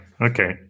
okay